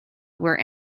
where